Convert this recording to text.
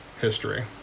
history